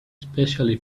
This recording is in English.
especially